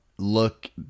Look